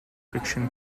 fiction